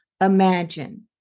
imagine